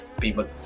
people